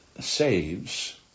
saves